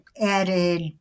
added